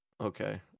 Okay